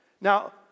Now